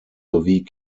sowie